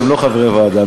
שהם לא חברי הוועדה,